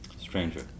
Stranger